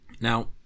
Now